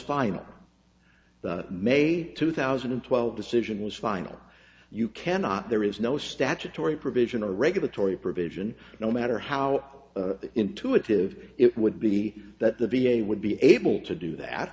final may two thousand and twelve decision was final you cannot there is no statutory provision or regulatory provision no matter how intuitive it would be that the v a would be able to do that